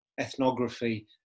ethnography